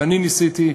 ואני ניסיתי,